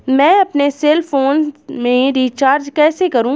मैं अपने cell phone में रिचार्ज कैसे करूँ?